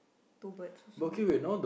two birds also